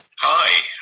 Hi